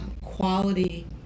quality